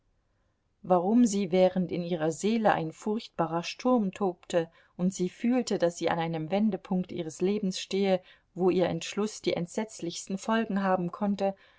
warum sie während in ihrer seele ein furchtbarer sturm tobte und sie fühlte daß sie an einem wendepunkt ihres lebens stehe wo ihr entschluß die entsetzlichsten folgen haben konnte